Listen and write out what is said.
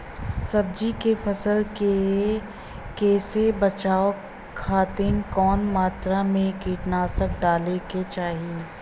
सब्जी के फसल के कियेसे बचाव खातिन कवन मात्रा में कीटनाशक डाले के चाही?